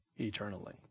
eternally